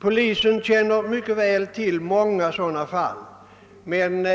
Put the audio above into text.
Polisen känner väl till många sådana här fall men